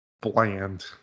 bland